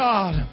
God